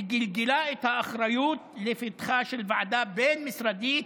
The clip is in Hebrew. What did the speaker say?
וגלגלה את האחריות לפתחה של ועדה בין-משרדית,